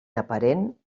aparent